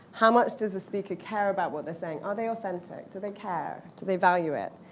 how much does a speaker care about what they're saying. are they authentic? do they care? do they value it?